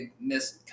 Miss